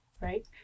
right